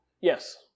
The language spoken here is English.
Yes